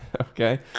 Okay